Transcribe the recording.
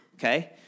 Okay